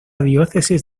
diócesis